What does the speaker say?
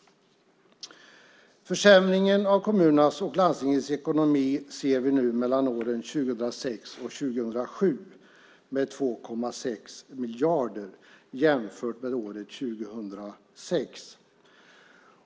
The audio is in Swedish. Försämringen av kommunernas och landstingens ekonomi ser vi nu för år 2007 med en försämring på 2,6 miljarder jämfört med år 2006.